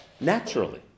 Naturally